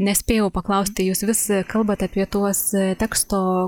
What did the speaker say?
nespėjau paklausti jūs vis kalbate apie tuos teksto